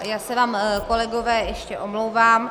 Já se vám, kolegové, ještě omlouvám.